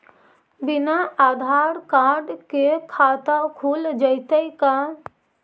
बिना आधार कार्ड के खाता खुल जइतै का?